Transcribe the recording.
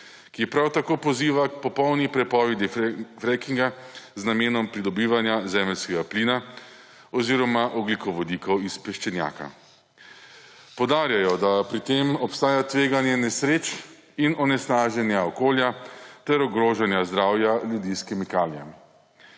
ki prav tako poziva k popolni prepovedi frackinga z namenom pridobivanja zemeljskega plina oziroma ogljikovodikov iz peščenjaka. Poudarjajo, da pri tem obstaja tveganje nesreč in onesnaženja okolja ter ogrožanja zdravja ljudi s kemikalijami.